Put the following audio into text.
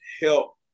help